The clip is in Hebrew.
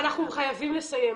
אנחנו חייבים לסיים.